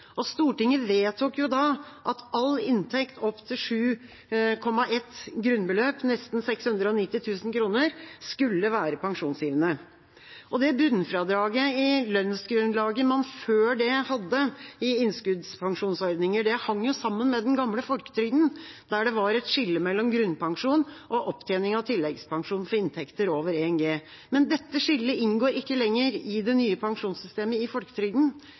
Stortinget vedtok da at all inntekt opp til 7,1 G, grunnbeløpet – nesten 690 000 kr – skulle være pensjonsgivende. Bunnfradraget i lønnsgrunnlaget man før det hadde i innskuddspensjonsordninger, hang sammen med den gamle folketrygden, der det var et skille mellom grunnpensjon og opptjening av tilleggspensjon for inntekter over 1 G. Men dette skillet inngår ikke lenger i det nye pensjonssystemet i folketrygden.